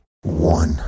One